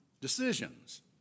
decisions